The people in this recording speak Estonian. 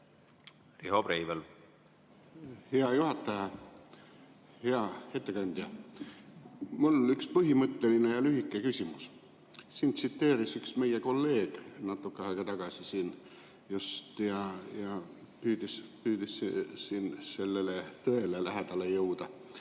Riho Breivel. Hea juhataja! Hea ettekandja! Mul on üks põhimõtteline ja lühike küsimus. Sind üks meie kolleeg natuke aega tagasi tsiteeris ja püüdis tõele lähedale jõuda.